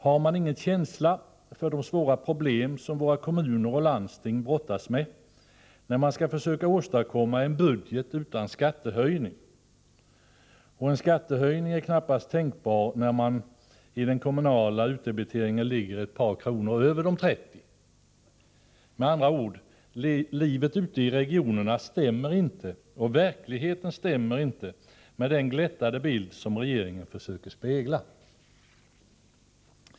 Har regeringen ingen känsla för de svåra problem som våra kommuner och landsting brottas med, när de skall försöka åstadkomma en budget utan skattehöjning? En skattehöjning är knappast tänkbar, när den kommunala utdebiteringen ligger ett par kronor över de trettio. Med andra ord: Livet ute i regionerna och verkligheten stämmer inte med den glättade bild som regeringen försöker spegla.